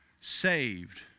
saved